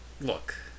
look